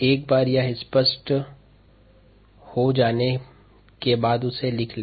एक बार यह स्पष्ट हो जाने पर उसे लिख लें